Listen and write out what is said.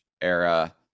era